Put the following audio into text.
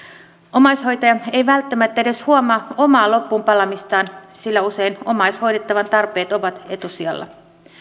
omaishoitaja ei välttämättä edes huomaa omaa loppuunpalamistaan sillä usein omaishoidettavan tarpeet ovat etusijalla